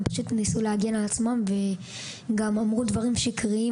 הם פשוט ניסו להגן על עצמם וגם אמרו עליי דברים שקריים.